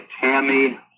Tammy